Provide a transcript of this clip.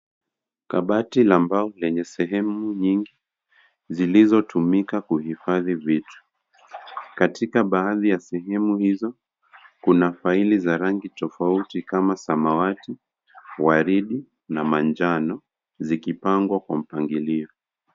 Kabati la mbao lenye sehemu nyingi zilizotumika kuhifadhi vitu. Katika baadhi ya sehemu hizo kuna faili za rangi tofauti kama samawati, waridi na manjano zikipangwa kwa mpangilio.